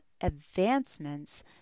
advancements